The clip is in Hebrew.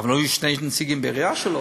אבל היו יש שני נציגים בעירייה שלו.